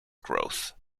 growth